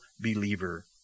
believer